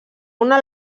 una